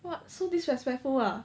!wah! so disrespectful ah